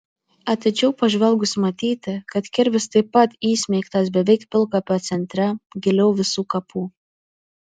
atidžiau pažvelgus matyti kad kirvis taip pat įsmeigtas beveik pilkapio centre giliau visų kapų